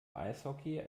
eishockey